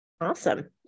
awesome